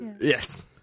Yes